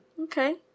Okay